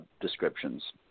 descriptions